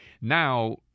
Now